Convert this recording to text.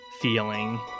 feeling